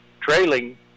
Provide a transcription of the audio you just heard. Trailing